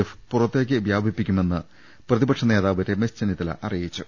F പുറത്തേക്ക് വ്യാപിപ്പിക്കുമെന്ന് പ്രതിപക്ഷ നേതാവ് രമേശ് ചെന്നിത്തല അറിയിച്ചു